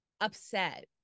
upset